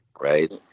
right